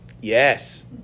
Yes